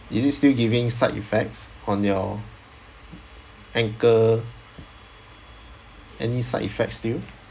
is it still giving side effects on your ankle any side effects still